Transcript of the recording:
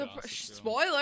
Spoiler